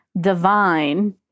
divine